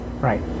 Right